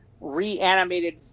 reanimated